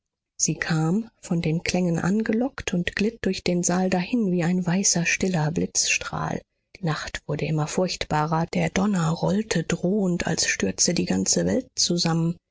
sie kam von den klängen angelockt und glitt durch den saal dahin wie ein weißer stiller blitzstrahl die nacht wurde immer furchtbarer der donner rollte drohend als stürze die ganze welt zusammen